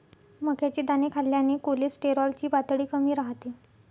मक्याचे दाणे खाल्ल्याने कोलेस्टेरॉल ची पातळी कमी राहते